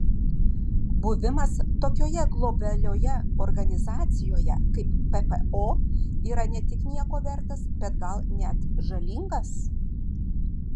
buvimas tokioje globalioje organizacijoje kaip ppo yra ne tik nieko vertas bet gal net žalingas